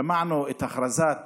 שמענו את הכרזת